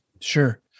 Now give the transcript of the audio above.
Sure